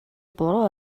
буруу